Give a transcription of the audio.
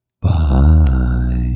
Bye